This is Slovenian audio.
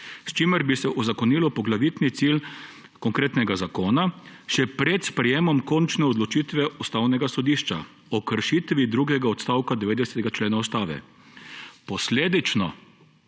s čimer bi se uzakonil poglavitni cilj konkretnega zakona še pred sprejetjem končne odločitve Ustavnega sodišča o kršitvi drugega odstavka 90. člena Ustave. Posledično